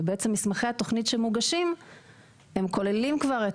ובעצם מסמכי התוכנית שמוגשים כוללים כבר את